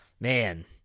Man